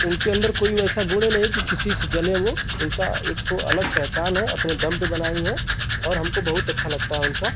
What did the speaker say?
उनके अंदर कोई वैसा गुण नही कि किसी से जलें वो उनका एक ठो अलग पहचान है अपने दम पर बनाई हैं और हमको बहुत अच्छा लगता है उनका